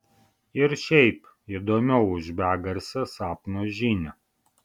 ir šiaip įdomiau už begarsę sapno žinią